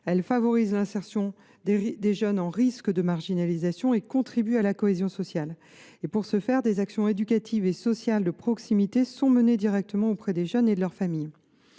Elle favorise l’insertion des jeunes risquant la marginalisation et contribue à la cohésion sociale. Pour ce faire, des actions éducatives et sociales de proximité sont menées directement auprès des jeunes et de leurs familles.